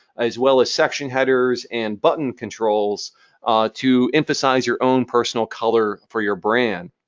as well as section headers and button controls to emphasize your own personal color for your brand.